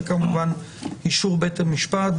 וכמובן אישור בית המשפט.